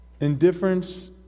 Indifference